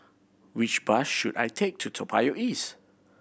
which bus should I take to Toa Payoh East